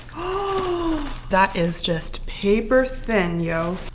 oh that is just paper-thin. yo,